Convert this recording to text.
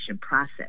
process